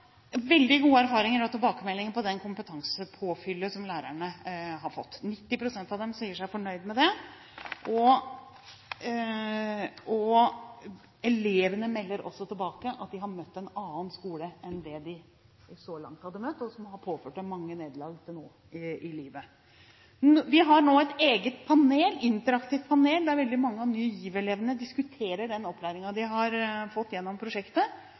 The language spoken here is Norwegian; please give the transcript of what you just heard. fått. 90 pst. av dem sier seg fornøyd med det, og elevene melder også tilbake at de har møtt en annen skole enn det de så langt har møtt – som har påført dem mange nederlag til nå i livet. Vi har nå et eget interaktivt panel der veldig mange av Ny GIV-elevene diskuterer den opplæringen de har fått gjennom prosjektet.